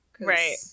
Right